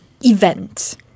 event